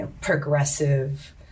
progressive